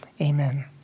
amen